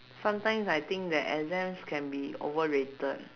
sometimes I think that exams can be overrated